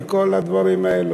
וכל הדברים האלה.